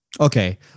Okay